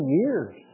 years